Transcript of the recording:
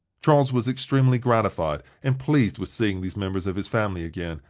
charles was extremely gratified and pleased with seeing these members of his family again,